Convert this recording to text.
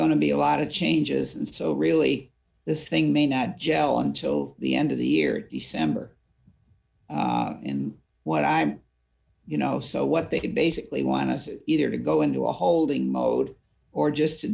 to be a lot of changes and so really this thing may not gel until the end of the year december in what i'm you know so what they could basically want us is either to go into a holding mode or just to